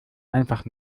einfach